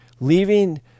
leaving